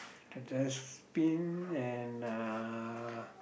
then the spin and uh